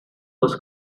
was